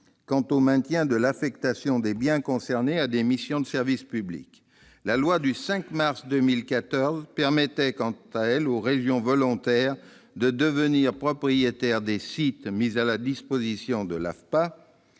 quant au maintien de l'affectation des biens concernés à des missions de service public. La loi du 5 mars 2014 permettait quant à elle aux régions volontaires de devenir propriétaires des sites mis à la disposition de l'AFPA,